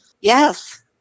yes